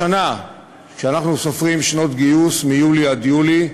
השנה, כשאנחנו סופרים שנות גיוס מיולי עד יולי,